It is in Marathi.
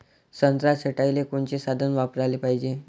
संत्रा छटाईले कोनचे साधन वापराले पाहिजे?